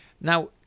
now